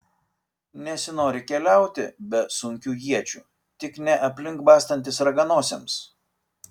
nesinori keliauti be sunkių iečių tik ne aplink bastantis raganosiams